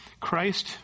Christ